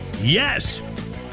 yes